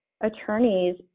Attorneys